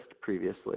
previously